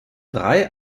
drei